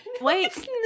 wait